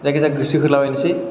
जायखि जाया गोसो होला बायसै